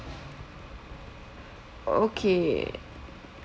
okay